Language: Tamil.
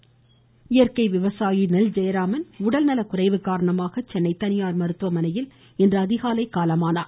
நெல் ஜெயராமன் வாய்ஸ் இயற்கை விவசாயி நெல் ஜெயராமன் உடல் நலக்குறைவு காரணமாக சென்னை தனியார் மருத்துவமனையில் இன்று அதிகாலை காலமானார்